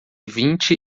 vinte